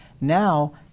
now